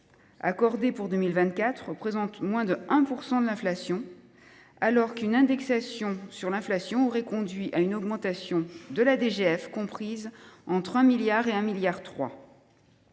accordés pour 2024 représentent moins de 1 % de l’inflation, alors qu’une indexation sur l’inflation aurait conduit à une augmentation comprise entre 1 milliard d’euros et 1,3 milliard